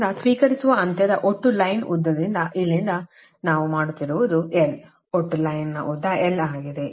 ಆದ್ದರಿಂದ ಸ್ವೀಕರಿಸುವ ಅಂತ್ಯದ ಒಟ್ಟು ಲೈನ್ನ ಉದ್ದದಿಂದ ಇಲ್ಲಿಂದ ಇಲ್ಲಿಗೆ ನಾವು ಮಾಡುತ್ತಿರುವುದು l ಒಟ್ಟು ಲೈನ್ನ ಉದ್ದ l ಆಗಿದೆ